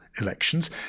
elections